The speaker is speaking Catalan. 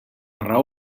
raó